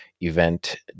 event